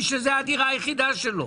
אלא איש שזו הדירה היחידה שלו,